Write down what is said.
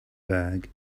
bag